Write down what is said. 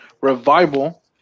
Revival